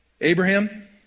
Abraham